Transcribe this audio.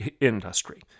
industry